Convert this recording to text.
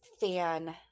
fan